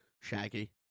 Shaggy